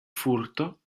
furto